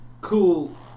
cool